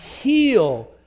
Heal